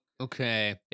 Okay